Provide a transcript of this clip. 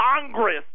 Congress